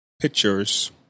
pictures